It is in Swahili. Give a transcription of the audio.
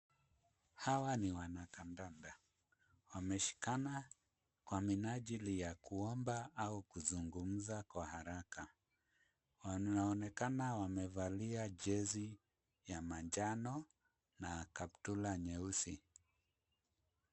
Hawa ni wanakandanda, wameshikana kwa minajili ya kuomba au kuzungumza kwa haraka . Wanaonekana wamevalia jezi ya manjano na kaptura nyeusi.